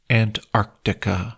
antarctica